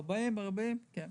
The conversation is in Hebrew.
כן.